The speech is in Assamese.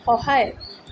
সহায়